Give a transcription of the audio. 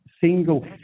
single